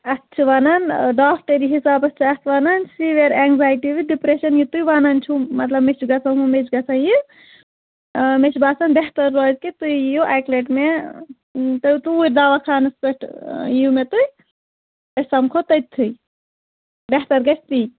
اَتھ چھِ وَنان ڈاکٹری حِسابَس چھِ اَتھ وَنان سیٖوِیَر اٮ۪نزایٹی وِزِ ڈِپرٛٮ۪شَن یہِ تُہۍ وَنَان چھُو مطلب مےٚ چھِ گژھان ہُم مےٚ چھِ گژھان یہِ مےٚ چھِ باسَان بہتر روزِ کہِ تُہۍ یِیو اَکہِ لَٹہِ مےٚ تُہۍ توٗرۍ دوا خانَس پٮ۪ٹھ یِیِو مےٚ تُہۍ أسۍ سَمکھو تٔتتھٕے بہتر گژھِ تی